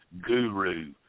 guru